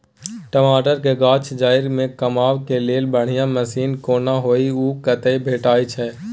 टमाटर के गाछ के जईर में कमबा के लेल बढ़िया मसीन कोन होय है उ कतय भेटय छै?